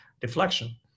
deflection